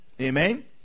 Amen